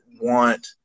want